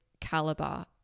caliber